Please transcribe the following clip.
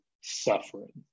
suffering